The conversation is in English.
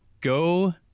Go